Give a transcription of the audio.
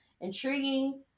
intriguing